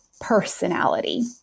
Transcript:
personality